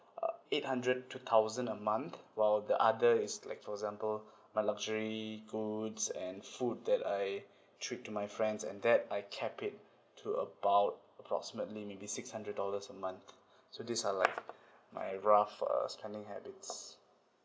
uh eight hundred to thousand a month while the other is like for example my luxury goods and food that I treat to my friends and that I kept it to about approximately maybe six hundred dollars a month so these are like my rough uh spending habits